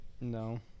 No